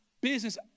business